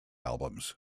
albums